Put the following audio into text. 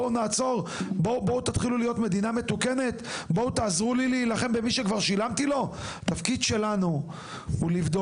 בואו תעזרו לי להילחם במי שכבר שילמתי לו?״ תפקיד שלנו לבדוק,